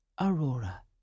Aurora